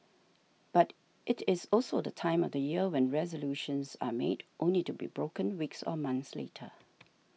but it is also the time of year when resolutions are made only to be broken weeks or months later